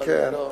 אבל לא,